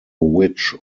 witch